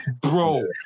Bro